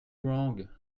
wrong